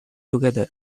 together